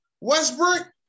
Westbrook